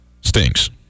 stinks